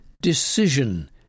decision